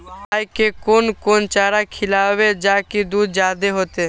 गाय के कोन कोन चारा खिलाबे जा की दूध जादे होते?